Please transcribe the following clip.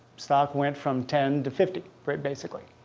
stock went from ten to fifty, basically.